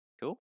Cool